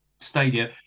stadia